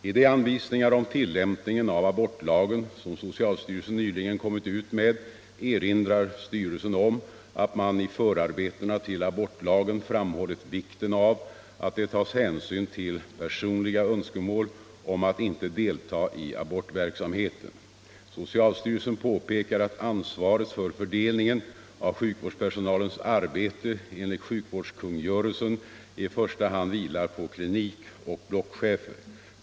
I de anvisningar om tillämpningen av abortlagen som socialstyrelsen nyligen kommit ut med erinrar styrelsen om att man i förarbetena till abortlagen framhållit vikten av att det tas hänsyn till personliga önskemål om att inte delta i abortverksamheten. Socialstyrelsen påpekar att ansvaret för fördelningen av sjukvårdspersonalens arbete enligt sjukvårdskungörelsen i första hand vilar på klinikoch blockchefer.